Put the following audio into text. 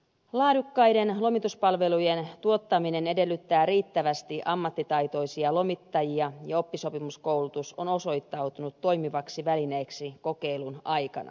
laadukkaiden lomituspalvelujen tuottaminen edellyttää riittävästi ammattitaitoisia lomittajia ja oppisopimuskoulutus on osoittautunut toimivaksi välineeksi kokeilun aikana